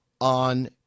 on